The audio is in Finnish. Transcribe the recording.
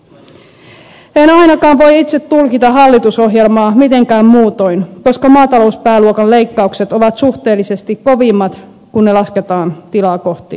en ainakaan voi itse tulkita hallitusohjelmaa mitenkään muutoin koska maatalouspääluokan leikkaukset ovat suhteellisesti kovimmat kun ne lasketaan tilaa kohti